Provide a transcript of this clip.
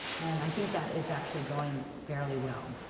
and i think that is actually going fairly well.